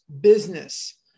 business